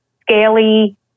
scaly